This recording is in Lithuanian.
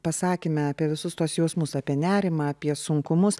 pasakyme apie visus tuos jausmus apie nerimą apie sunkumus